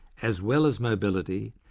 as well as mobility,